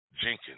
jenkins